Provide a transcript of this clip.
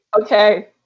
Okay